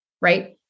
Right